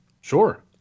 Sure